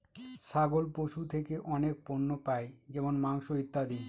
ছাগল পশু থেকে অনেক পণ্য পাই যেমন মাংস, ইত্যাদি